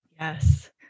Yes